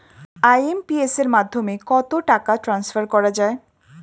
IMPS এর মাধ্যমে কত টাকা ট্রান্সফার করা যায়?